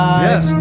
Yes